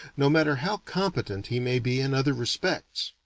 no matter how competent he may be in other respects.